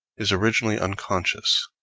is originally unconscious